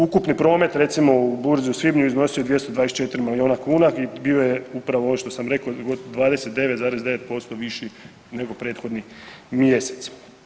Ukupni promet recimo u burzi u svibnju iznosio je 224 milijuna kuna i bio je upravo ovo što sam rekao 29,9% viši nego prethodni mjesec.